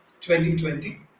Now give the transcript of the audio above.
2020